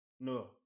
No